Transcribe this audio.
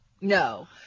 No